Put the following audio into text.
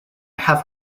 have